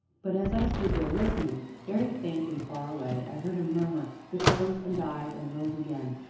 but, as i stood there listening, very faint and far away, i heard a murmur that rose and died and rose again,